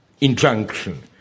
injunction